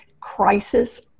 crisis